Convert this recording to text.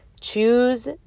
Choose